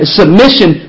submission